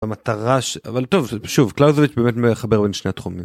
המטרה ש.. אבל טוב שוב cloudwidth באמת מחבר בין שני התחומים.